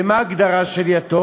ומה ההגדרה של יתום?